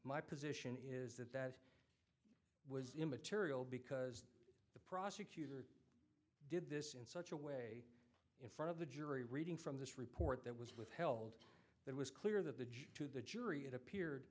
my position is that that was immaterial because the prosecutor did this in such in front of the jury reading from this report that was withheld that was clear that the judge to the jury it appeared